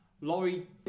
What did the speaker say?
Laurie